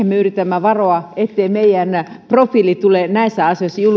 me yritämme varoa ettei meidän profiilimme tule näissä asioissa julkisuuteen